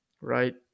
right